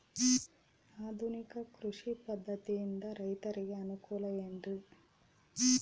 ಆಧುನಿಕ ಕೃಷಿ ಪದ್ಧತಿಯಿಂದ ರೈತರಿಗೆ ಅನುಕೂಲ ಏನ್ರಿ?